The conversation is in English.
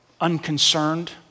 unconcerned